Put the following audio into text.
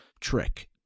trick